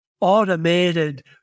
automated